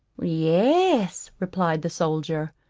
yes, replied the soldier,